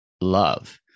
love